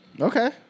Okay